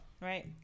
right